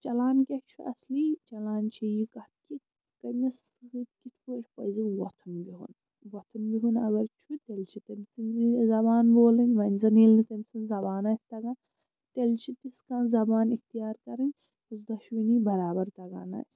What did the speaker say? چَلان کیٛاہ چھُ اَصلی چَلان چھِ یہِ کَتھ کہِ کٔمِس سۭتۍ کِتھٕ پٲٹھۍ پَزِ وۄتھُن بِہُن وۄتھُن بِہُن اگر چھُ تیٚلہِ چھِ تٔمۍ سٕنٛزٕے زبان بولٕنۍ وۄنۍ زَن ییٚلہِ نہٕ تٔمۍ سٕنٛز زبان آسہِ تگان تیٚلہِ چھِ تِژھ کانٛہہ زبان اِختیار کَرٕنۍ یُس دۄشوٕنی بَرابر تگان آسہِ